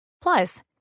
Plus